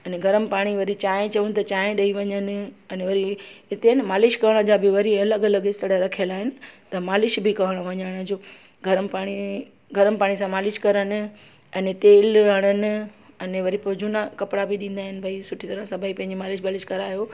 अने गरमु पाणी वरी चांहि चयूं त चांहि ॾेई वञनि अने वरी हिते न मालिशु करण जा बि वरी अलॻि अलॻि इसण रखियलु आहिनि त मालिशु बि करणु वञण जो गरमु पाणी गरमु पाणी सां मालिशु करणु अने तेलु हणनि अने वरी पोइ झूना कपिड़ा बि ॾींदा आहिनि भई सुठी तरह सभई पंहिंजी मालिशु वालिश करायो